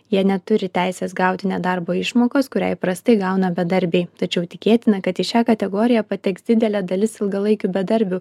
jie neturi teisės gauti nedarbo išmokos kurią įprastai gauna bedarbiai tačiau tikėtina kad į šią kategoriją pateks didelė dalis ilgalaikių bedarbių